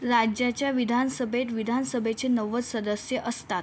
राज्याच्या विधानसभेत विधानसभेचे नव्वद सदस्य असतात